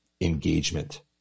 engagement